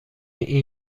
این